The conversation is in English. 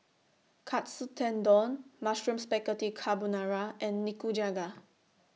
Katsu Tendon Mushroom Spaghetti Carbonara and Nikujaga